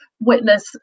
witness